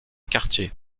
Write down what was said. quartier